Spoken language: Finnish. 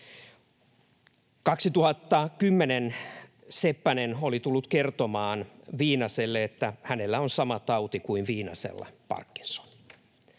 2010 Seppänen oli tullut kertomaan Viinaselle, että hänellä on sama tauti kuin Viinasella, Parkinson.